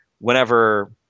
whenever